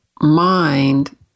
mind